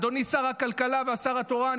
אדוני השר הכלכלה והשר התורן,